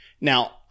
now